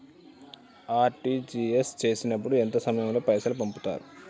RTGS చేసినప్పుడు ఎంత సమయం లో పైసలు పంపుతరు?